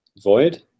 void